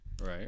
Right